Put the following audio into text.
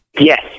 yes